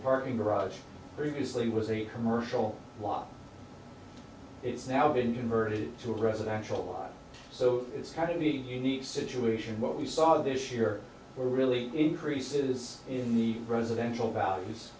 parking garage previously was a commercial lot it's now been converted to residential so it's hardly unique situation what we saw this year were really increases in the residential values